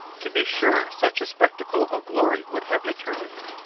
to be sure such a spectacle of glory would have determined it.